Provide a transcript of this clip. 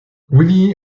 willy